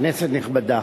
כנסת נכבדה,